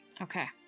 okay